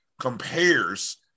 compares